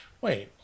Wait